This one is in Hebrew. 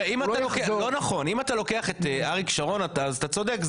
לא נכון אם אתה לוקח את אריק שרון אתה אז אתה צודק,